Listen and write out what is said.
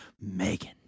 Megan